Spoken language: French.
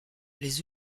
les